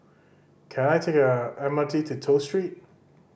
can I take the M R T to Toh Street